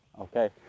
Okay